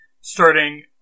starting